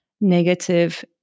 negative